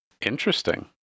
Interesting